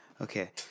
Okay